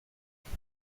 huit